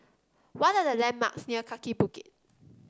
what are the landmarks near Kaki Bukit